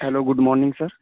hello good morning sir